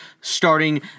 starting